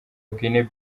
guinea